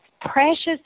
precious